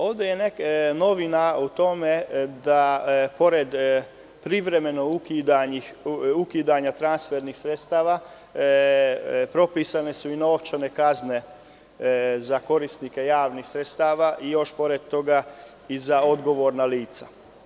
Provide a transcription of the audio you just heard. Ovde je novina u tome da, pored privremenog ukidanja transfernih sredstava, propisane su i novčane kazne za korisnike javnih sredstava i pored toga i za odgovorna lica.